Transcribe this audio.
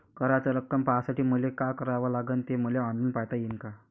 कराच रक्कम पाहासाठी मले का करावं लागन, ते मले ऑनलाईन पायता येईन का?